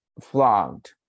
flogged